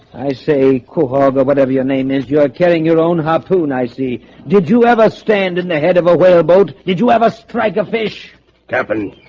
i say quahog or whatever your name is. you're carrying your own harpoon i see did you ever stand in the head of a whale boat? did you ever strike a fish kevin?